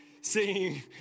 singing